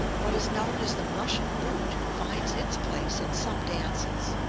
what is known as the russian boot finds its place in some dances.